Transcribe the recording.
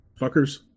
fuckers